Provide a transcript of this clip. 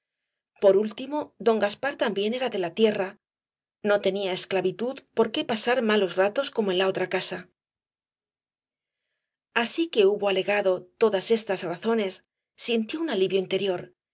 por último don gaspar también era de la tierra no tenía esclavitud por qué pasar malos ratos como en la otra casa así que hubo alegado todas estas razones sintió un alivio interior